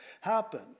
happen